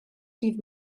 dydd